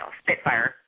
spitfire